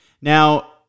Now